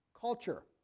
culture